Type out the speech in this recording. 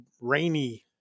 rainy